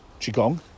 Qigong